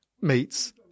meets